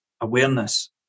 awareness